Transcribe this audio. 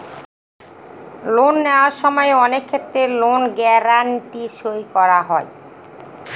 loan নেওয়ার সময় অনেক ক্ষেত্রে লোন গ্যারান্টি সই করা হয়